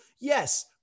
Yes